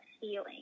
feeling